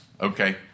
okay